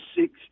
six